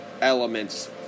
elements